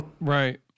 right